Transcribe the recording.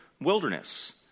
Wilderness